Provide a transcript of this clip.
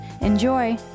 Enjoy